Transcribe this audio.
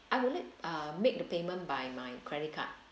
I will let uh make the payment by my credit card